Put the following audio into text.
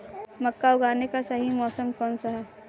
मक्का उगाने का सही मौसम कौनसा है?